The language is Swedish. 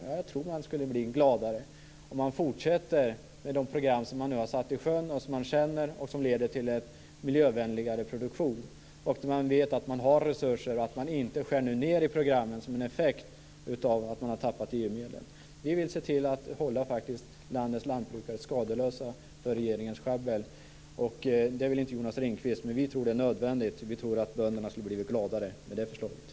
Ja, jag tror att man skulle bli gladare - om de program som nu har satts i sjön fortsätter, som man känner och som leder till miljövänligare produktion, där man vet att man har resurser och att det inte skärs ned i programmen som en effekt av att vi har tappat EU-medel. Vi vill se till att hålla landets lantbrukare skadeslösa för regeringens sjabbel. Det vill inte Jonas Ringqvist. Men vi tror att det är nödvändigt, och vi tror att bönderna skulle ha blivit gladare med det förslaget.